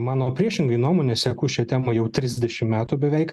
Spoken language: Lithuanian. mano priešingai nuomone seku šią temą jau trisdešim metų beveik